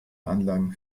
anlagen